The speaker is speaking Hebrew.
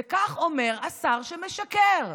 כך אומר השר שמשקר,